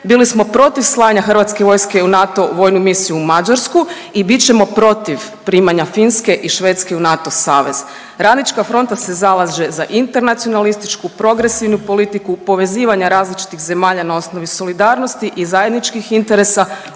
bili smo protiv slanja hrvatske vojske u NATO u vojnu misiju u Mađarsku i bit ćemo protiv primanja Finske i Švedske u NATO savez. Radnička fronta se zalaže za internacionalističku, progresivnu politiku povezivanja različitih zemalja na osnovi solidarnosti i zajedničkih interesa